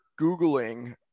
googling